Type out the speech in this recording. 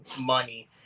money